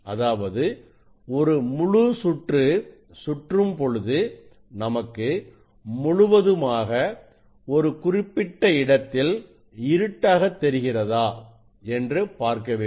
அதாவது ஒரு முழு சுற்று சுற்றும் பொழுது நமக்கு முழுவதுமாக ஒரு குறிப்பிட்ட இடத்தில் இருட்டாக தெரிகிறதா என்று பார்க்க வேண்டும்